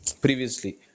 previously